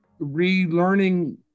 relearning